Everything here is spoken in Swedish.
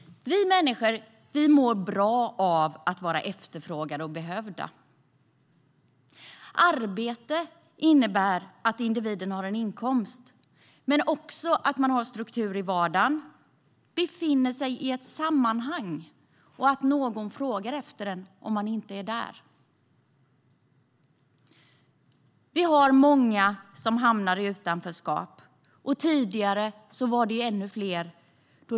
Vi människor mår bra av att vara efterfrågade och behövda. Arbete innebär att individen har en inkomst men också att man har struktur i vardagen, att man befinner sig i ett sammanhang och att någon frågar efter en om man inte är där. Vi har många som hamnar i utanförskap, och tidigare var det ännu fler.